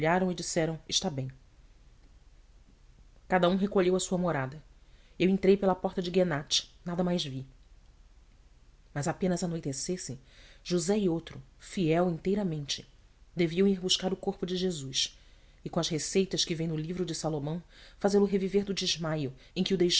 e disseram está bem cada um recolheu à sua morada eu entrei pela porta de gená nada mais vi mas apenas anoitecesse josé e outro fiel inteiramente deviam ir buscar o corpo de jesus e com as receitas que vêm no livro de salomão fazê-lo reviver do desmaio em que o